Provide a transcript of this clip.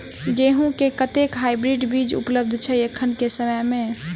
गेंहूँ केँ कतेक हाइब्रिड बीज उपलब्ध छै एखन केँ समय मे?